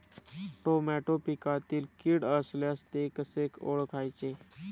Tomato पिकातील कीड असल्यास ते कसे ओळखायचे?